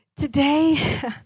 Today